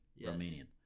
Romanian